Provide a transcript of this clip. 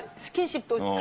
sketchbook.